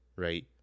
Right